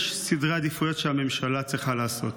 יש סדרי עדיפויות שהממשלה צריכה לעשות.